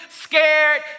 scared